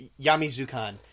Yamizukan